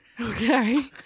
okay